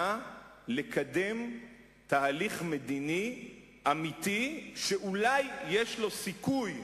לקדם תהליך מדיני אמיתי שאולי יש לו סיכוי,